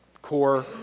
Core